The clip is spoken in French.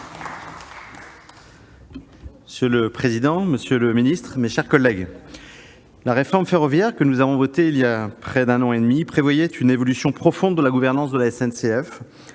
Monsieur le président, monsieur le secrétaire d'État, mes chers collègues, la réforme ferroviaire, que nous avons adoptée il y a près d'un an et demi, prévoit une évolution profonde de la gouvernance de la SNCF,